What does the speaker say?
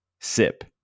sip